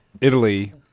Italy